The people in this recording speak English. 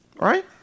Right